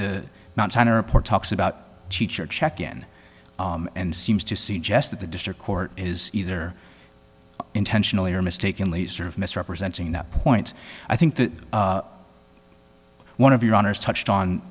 the montana report talks about teacher check in and seems to suggest that the district court is either intentionally or mistakenly sort of misrepresenting that point i think the one of your honors touched on